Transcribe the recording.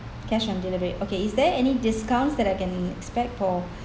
cash on delivery okay is there any discounts that I can expect for